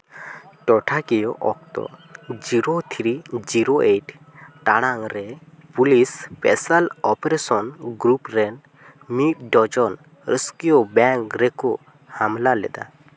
ᱴᱚᱴᱷᱟᱠᱤᱭᱟᱹ ᱚᱠᱛᱚ zero three zero eight ᱴᱟᱲᱟᱝ ᱨᱮ ᱯᱩᱞᱤᱥ ᱯᱮᱥᱟᱞ ᱚᱯᱟᱨᱮᱥᱚᱱ ᱜᱨᱩᱯ ᱨᱮᱱ ᱢᱤᱫ ᱰᱚᱡᱚᱱ ᱨᱟᱹᱠᱥᱤᱭᱟᱹ ᱵᱮᱝᱠ ᱨᱮᱠᱚ ᱦᱟᱢᱞᱟ ᱞᱮᱫᱟ